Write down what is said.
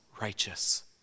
righteous